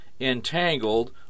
entangled